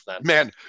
Man